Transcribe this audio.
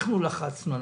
אנחנו לחצנו,